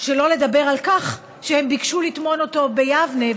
שלא לדבר על כך שהם ביקשו לטמון אותו ביבנה,